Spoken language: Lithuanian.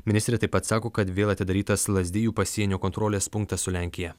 ministrė taip pat sako kad vėl atidarytas lazdijų pasienio kontrolės punktas su lenkija